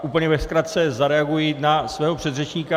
Úplně ve zkratce zareaguji na svého předřečníka.